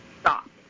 stop